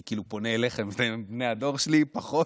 אני פונה אליכם כאילו אתם מהדור שלי, פחות.